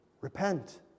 Repent